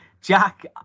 Jack